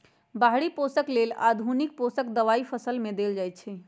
बाहरि पोषक लेल आधुनिक पोषक दबाई फसल में देल जाइछइ